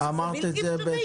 זה בלתי אפשרי.